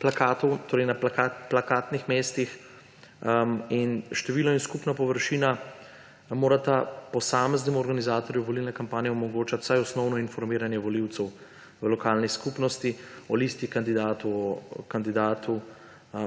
plakatov, torej na plakatnih mestih, število in skupna površina morata posameznemu organizatorju volilne kampanje omogočati vsaj osnovno informiranje volivcev v lokalni skupnosti o listi kandidatov